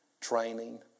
training